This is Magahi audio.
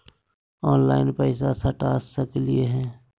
ऑनलाइन पैसा सटा सकलिय है?